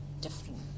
different